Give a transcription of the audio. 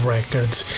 Records